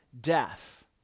death